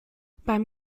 beim